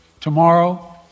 Tomorrow